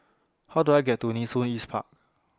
How Do I get to Nee Soon East Park